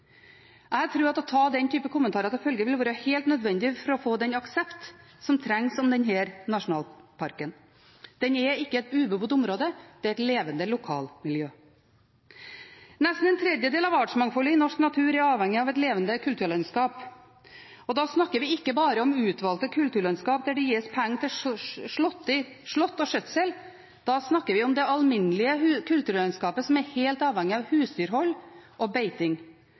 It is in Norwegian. Jeg tror at å ta den typen kommentarer til følge vil være helt nødvendig for å få den aksept som trengs om denne nasjonalparken. Den er ikke i et ubebodd område ‒ det er et levende lokalmiljø. Nesten en tredjedel av artsmangfoldet i norsk natur er avhengig av et levende kulturlandskap. Da snakker vi ikke bare om utvalgte kulturlandskap der det gis penger til slått og skjøtsel, da snakker vi om det alminnelige kulturlandskapet som er helt avhengig av husdyrhold og beiting.